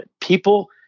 People